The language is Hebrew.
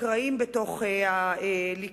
קרעים בתוך הליכוד,